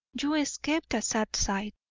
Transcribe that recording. you escaped a sad sight.